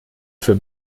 für